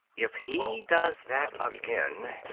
if he does that again,